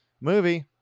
movie